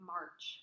March